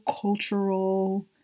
cultural